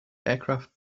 aircraft